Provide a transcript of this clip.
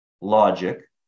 logic